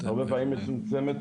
הרבה פעמים השכונה מצומצמת,